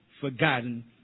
forgotten